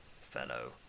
fellow